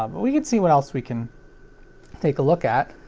um we can see what else we can take a look at.